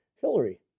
Hillary